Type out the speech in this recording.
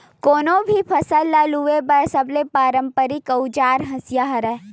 कोनो भी फसल ल लूए बर सबले पारंपरिक अउजार हसिया हरय